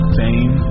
fame